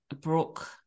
Brooke